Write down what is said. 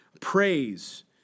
Praise